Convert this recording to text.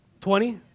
Twenty